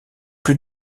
plus